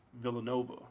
Villanova